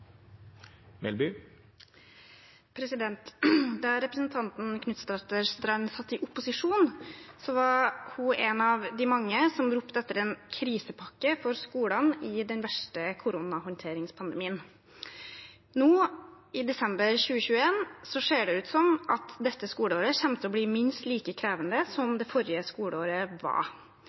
Da representanten Knutsdatter Strand satt i opposisjon, var hun en av de mange som ropte etter en krisepakke for skolene under håndteringen av den verste koronapandemien. Nå, i desember 2021, ser det ut som at dette skoleåret kommer til å bli minst like krevende som det forrige skoleåret var.